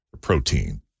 protein